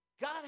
God